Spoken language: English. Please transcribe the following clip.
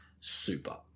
super